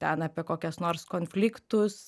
ten apie kokias nors konfliktus